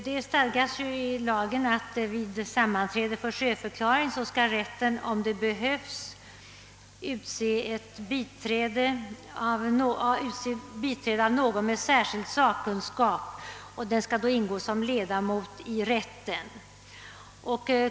I lagen stadgas att vid sammanträde för sjöförklaring rätten om så behövs skall utse biträde av någon med särskild sakkunskap. Denne skall då ingå som ledamot i rätten.